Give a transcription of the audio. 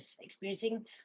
experiencing